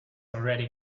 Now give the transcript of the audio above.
already